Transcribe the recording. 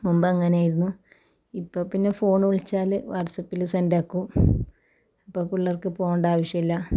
മുമ്പ് അങ്ങനെ ആയിരുന്നു ഇപ്പോൾ പിന്നെ ഫോണ് വിളിച്ചാൽ വാട്ട്സാപില് സെൻഡ് ആക്കും ഇപ്പോൾ പിള്ളർക്ക് പോണ്ട ആവശ്യമില്ല